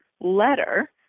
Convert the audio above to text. letter